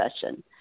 session